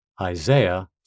Isaiah